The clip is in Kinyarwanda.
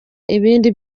ibindi